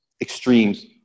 extremes